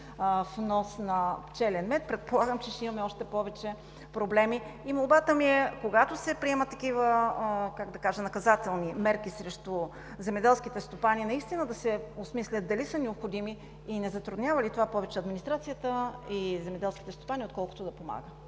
внос на пчелен мед, предполагам, че ще имаме още повече проблеми. Молбата ми е: когато се предприемат такива наказателни мерки срещу земеделските стопани, да се осмисля дали са необходими и не затруднява ли това повече администрацията и земеделските стопански, отколкото да помага?!